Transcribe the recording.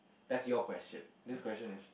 that's your question this question is